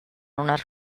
unes